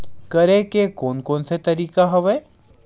करे के कोन कोन से तरीका हवय?